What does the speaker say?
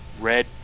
red